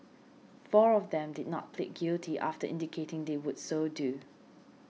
four of them did not plead guilty after indicating they would so do